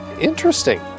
interesting